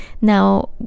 Now